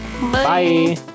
Bye